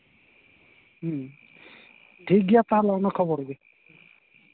ᱦᱮᱸ ᱴᱷᱤᱠ ᱜᱮᱭᱟ ᱛᱟᱦᱞᱮ ᱚᱱᱟ ᱠᱷᱚᱵᱚᱨ ᱜᱮ